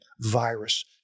virus